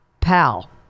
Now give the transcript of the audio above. pal